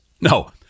No